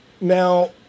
Now